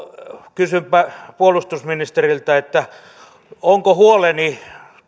kysynpä puolustusministeriltä onko huoleni